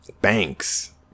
Banks